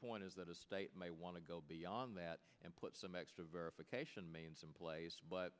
point is that a state may want to go beyond that and put some extra verification means some place but